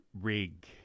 rig